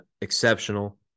exceptional